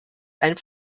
ein